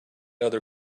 other